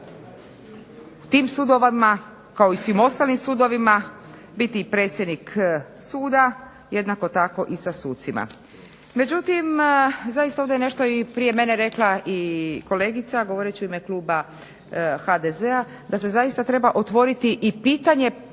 će tim sudovima kao i svim ostalim sudovima biti i predsjednik suda jednako tako i sa sucima. Međutim, zaista ovdje je nešto i prije mene rekla kolegica govoreći u ime kluba HDZ-a da se zaista treba otvoriti i pitanje preraspodjele,